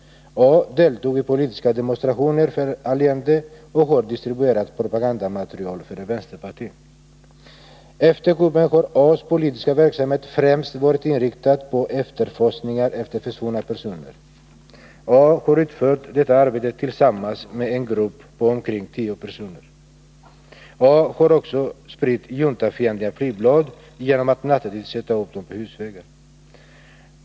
A deltog i politiska demonstrationer för Allende och har distribuerat propagandamaterial för ett vänsterparti. Efter kuppen har A:s politiska verksamhet främst varit inriktad på efterforskningar efter försvunna personer. A har utfört detta arbete tillsammans med en grupp på omkring tio personer. A har också spritt juntafientliga flygblad genom att nattetid sätta upp dem på husväggar.